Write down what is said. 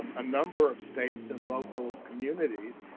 um a number of states and local communities,